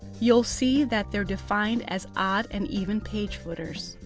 you'll see that they're defined as odd and even page footers.